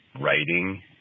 writing